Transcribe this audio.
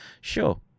Sure